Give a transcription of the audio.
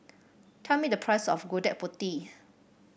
tell me the price of Gudeg Putih